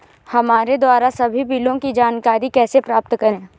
हमारे द्वारा सभी बिलों की जानकारी कैसे प्राप्त करें?